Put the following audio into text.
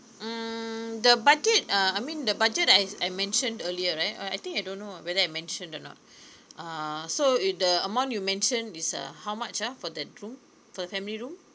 mm the budget uh I mean the budget I I mentioned earlier right uh I think I don't know whether I mentioned or not err so it the amount you mentioned is uh how much ah for that room for the family room